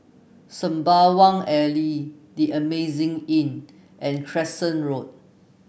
Sembawang Alley The Amazing Inn and Crescent Road